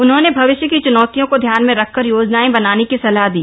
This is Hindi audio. उन्होंने भविष्य की चूनौतियों को ध्यान में रखकर योजनाएं बनाने की सलाह दी